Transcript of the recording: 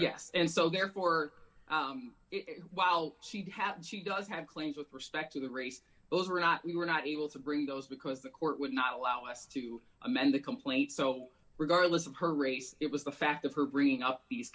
yes and so therefore while she had she does have claims with respect to the race those were not we were not able to bring those because the court would not allow us to amend the complaint so regardless of her race it was the fact of her bringing up these